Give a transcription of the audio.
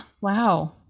Wow